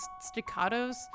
staccatos